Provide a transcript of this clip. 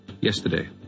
Yesterday